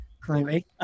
clearly